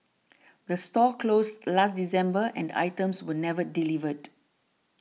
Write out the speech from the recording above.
the store closed last December and items were never delivered